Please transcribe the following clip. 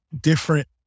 different